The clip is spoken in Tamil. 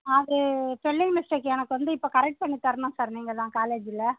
அது ஸ்பெல்லிங் மிஸ்டேக் எனக்கு வந்து இப்போ கரெக்ட் பண்ணி தரணும் சார் நீங்கள் தான் காலேஜில்